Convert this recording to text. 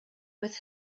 with